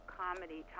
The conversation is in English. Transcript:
comedy